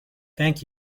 thank